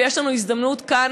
ויש לנו הזדמנות כאן,